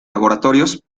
laboratorios